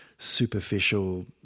superficial